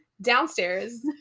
Downstairs